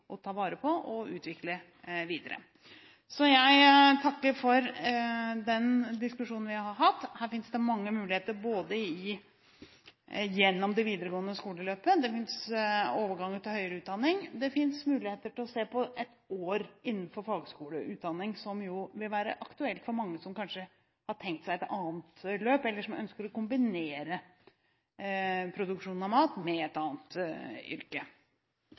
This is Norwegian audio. ta vare på og utvikle videre. Jeg takker for den diskusjonen vi har hatt. Her finnes det mange muligheter både gjennom det videregående skoleløpet og overgangen til høyere utdanning, og det finnes muligheter til å se på ett år innenfor fagskoleutdanningen, som jo vil være aktuelt for mange som har tenkt seg et annet løp, eller som ønsker å kombinere produksjon av mat med et annet yrke.